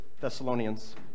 Thessalonians